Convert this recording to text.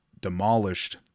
demolished